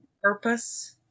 purpose